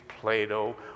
Plato